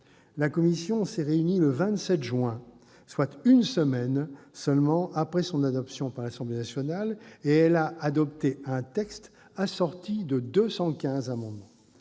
La commission s'est réunie le 27 juin, soit une semaine seulement après l'adoption de ce texte par l'Assemblée nationale, et elle a adopté un texte assorti de 215 amendements.